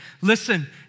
Listen